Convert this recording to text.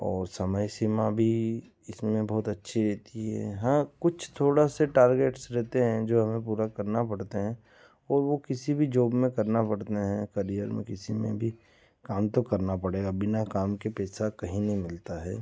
और समय सीमा भी इसमें बहुत अच्छी हाँ कुछ थोड़ा सा टारगेट्स रहते हैं जो हमें पूरा करना पड़ते हैं और वो किसी भी जॉब में करना पड़ते हैं कैरियर में किसी में भी काम तो करना पड़ेगा बिना काम के पैसा कहीं नहीं मिलता है